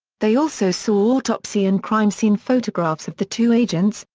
they also saw autopsy and crime scene photographs of the two agents,